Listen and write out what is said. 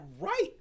right